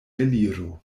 eliro